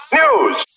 news